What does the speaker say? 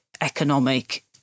economic